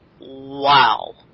wow